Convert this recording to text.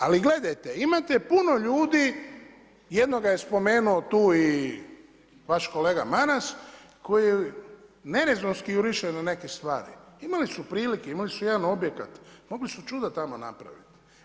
Ali gledajte imate puno ljudi, jednoga je spomenuo tu i vaš kolega Maras, koji nerezonski jurišaju na neke stvari, imali su prilike, imali su jedan objekat, mogli su čuda tamo napraviti.